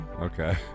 Okay